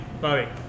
Bobby